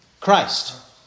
Christ